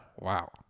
Wow